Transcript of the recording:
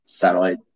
satellite